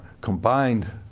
combined